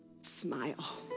smile